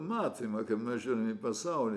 matymą kaip mes žiūrim į pasaulį